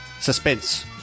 Suspense